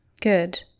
Good